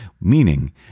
meaning